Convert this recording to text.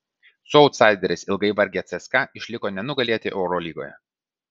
su autsaideriais ilgai vargę cska išliko nenugalėti eurolygoje